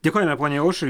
dėkojame poniai aušrai